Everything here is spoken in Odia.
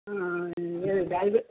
ଏ ଡାଲି